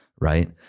Right